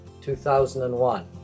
2001